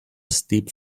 steep